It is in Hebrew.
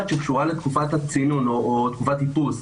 שקשורה לתקופת הצינון או תקופת איפוס,